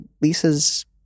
Lisa's